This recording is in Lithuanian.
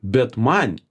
bet man